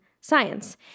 science